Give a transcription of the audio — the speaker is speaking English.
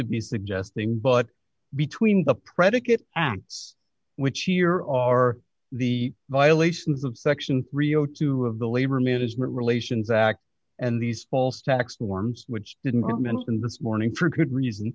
suggesting but between the predicate acts which here are the violations of section rio two of the labor management relations act and these false tax forms which didn't mention this morning for good reason